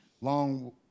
Long